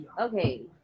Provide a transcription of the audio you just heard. okay